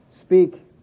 speak